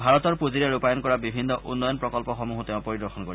ভাৰতৰ পূঁজিৰে ৰূপায়ণ কৰা বিভিন্ন উন্নয়ন প্ৰকল্পসমূহ তেওঁ পৰিদৰ্শন কৰিব